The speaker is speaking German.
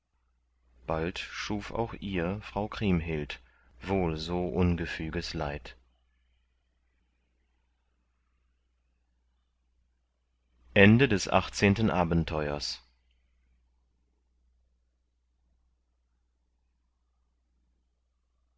bald schuf auch ihr frau kriemhild wohl so ungefüges leid neunzehntes abenteuer